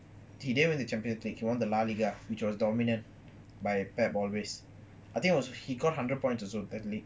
he didn't win the champions league he won the laliga which was dominant by pep always I think he got hundred point also that league